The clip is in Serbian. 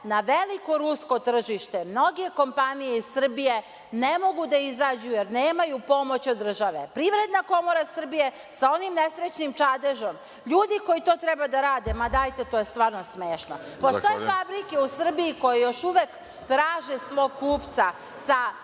na veliko rusko tržište, mnoge kompanije iz Srbije ne mogu da izađu, jer nemaju pomoć od države. Privredna komora Srbije sa onim nesrećnim Čadežom, ljudi koji to treba da rade, ma dajte, to je stvarno smešno. Postoje fabrike u Srbiji koje još uvek traže svog kupca sa